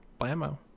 blammo